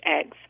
eggs